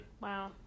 wow